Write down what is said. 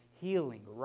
healing